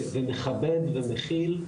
ומכבד ומכיל.